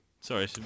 Sorry